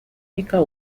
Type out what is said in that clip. meeker